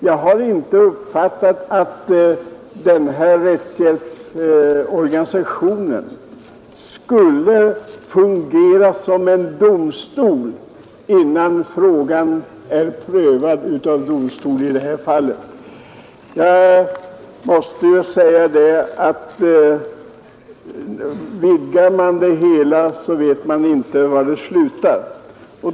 Jag har inte uppfattat att rättshjälpsorganisationen skulle fungera som en domstol, innan frågan är prövad av domstol. Vidgar man det hela, vet man inte var det slutar.